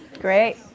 Great